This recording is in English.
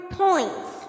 points